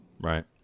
Right